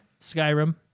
Skyrim